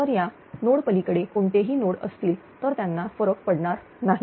तर या नोड पलीकडे कोणतेही नोड असतील तर त्यांना फरक पडणार नाही